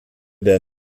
der